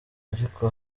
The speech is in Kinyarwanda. ariko